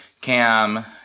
Cam